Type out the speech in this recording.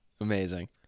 amazing